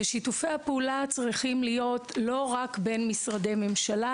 שיתופי הפעולה צריכים להיות לא רק בין משרדי הממשלה